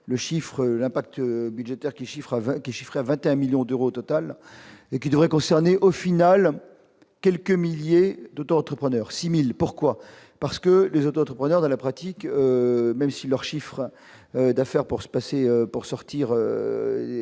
le chiffre l'impact budgétaire qui chiffre à 20 qui chiffrait à 21 millions d'euros au total et qui devrait concerner au final quelques milliers d'auto-entrepreneurs 6000 pourquoi parce que les autres entrepreneurs dans la pratique, même si leurs chiffres d'affaires pour se